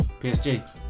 PSG